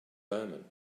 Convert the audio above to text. omen